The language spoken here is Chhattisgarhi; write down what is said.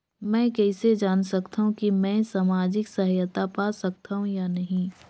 मै कइसे जान सकथव कि मैं समाजिक सहायता पा सकथव या नहीं?